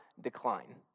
decline